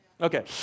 Okay